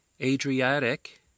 ADRIATIC